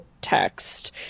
text